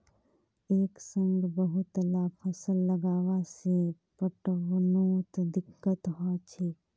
एक संग बहुतला फसल लगावा से पटवनोत दिक्कत ह छेक